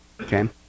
okay